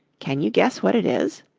can you guess what it is?